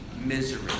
Misery